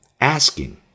asking